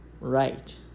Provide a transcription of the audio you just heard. right